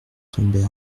tombait